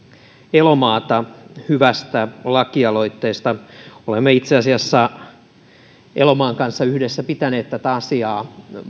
elomaata hyvästä lakialoitteesta olemme itse asiassa elomaan kanssa yhdessä pitäneet tätä asiaa